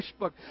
Facebook